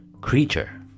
creature